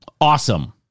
Awesome